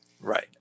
right